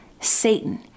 Satan